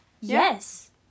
Yes